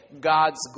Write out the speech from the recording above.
God's